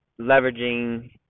leveraging